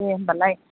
दे होनबालाय